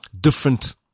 different